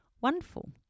wonderful